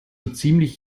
ziemlich